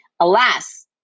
alas